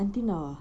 until now ah